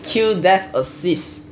kill death assist